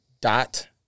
dot